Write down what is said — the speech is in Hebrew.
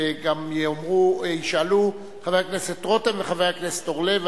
וגם ישאלו חבר הכנסת רותם וחבר הכנסת אורלב,